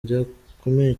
rikomeye